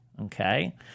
Okay